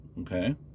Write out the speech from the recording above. Okay